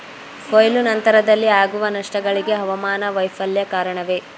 ಕೊಯ್ಲು ನಂತರದಲ್ಲಿ ಆಗುವ ನಷ್ಟಗಳಿಗೆ ಹವಾಮಾನ ವೈಫಲ್ಯ ಕಾರಣವೇ?